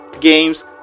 games